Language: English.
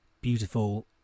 beautiful